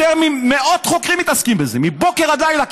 יותר ממאות חוקרים מתעסקים בזה מבוקר עד לילה,